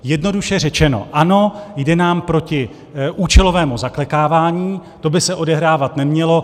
Jednoduše řečeno, ano, jde nám proti účelovému zaklekávání, to by se odehrávat nemělo.